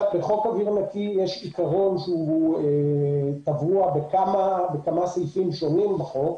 בחוק אוויר נקי יש עיקרון שהוא קבוע בכמה סעיפים שונים בחוק,